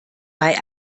bei